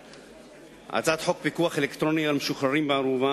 הצעת חוק פיקוח אלקטרוני על משוחררים בערובה